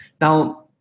Now